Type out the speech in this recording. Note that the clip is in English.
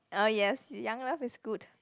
uh yes Young Love is good